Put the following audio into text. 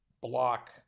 block